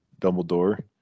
Dumbledore